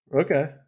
Okay